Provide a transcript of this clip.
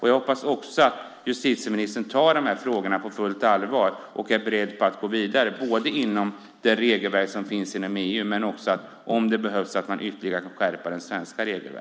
Jag hoppas också att justitieministern tar de här frågorna på fullt allvar och är beredd att gå vidare inom det regelverk som finns i EU och även att skärpa det svenska regelverket ytterligare om det behövs.